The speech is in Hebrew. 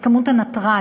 את כמות הנתרן,